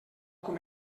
com